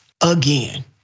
again